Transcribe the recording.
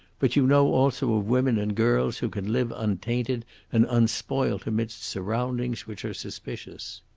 but you know also of women and girls who can live untainted and unspoilt amidst surroundings which are suspicious.